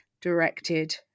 directed